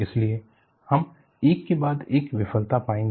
इसलिए हम एक के बाद एक विफलता पाएंगे